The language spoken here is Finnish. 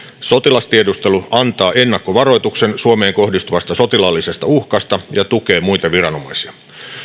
sotilastiedustelu antaa ennakkovaroituksen suomeen kohdistuvasta sotilaallisesta uhkasta ja tukee muita viranomaisia